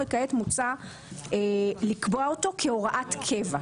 וכעת מוצע לקבוע אותו כהוראת קבע.